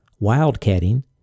wildcatting